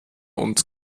und